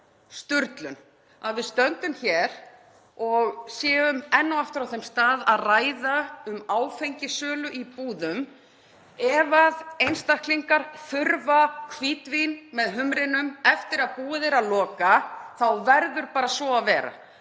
sturlun að við stöndum hér og séum enn og aftur á þeim stað að ræða um áfengissölu í búðum. Ef einstaklingar þurfa hvítvín með humrinum eftir að búið er að loka þá verður bara svo að vera.